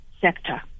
sector